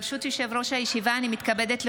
ברשות יושב-ראש הישיבה, הינני מתכבדת להודיעכם,